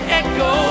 echo